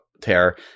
tear